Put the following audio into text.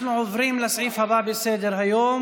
אנחנו עוברים לסעיף הבא בסדר-היום,